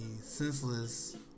senseless